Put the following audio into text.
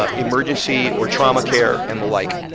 ah emergency or trauma care, and the like.